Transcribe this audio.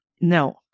No